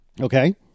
Okay